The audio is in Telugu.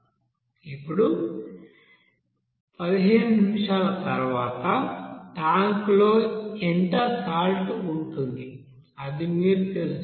ఇప్పుడు 15 నిమిషాల తరువాత ట్యాంక్లో ఎంత సాల్ట్ ఉంటుంది అది మీరు తెలుసుకోవాలి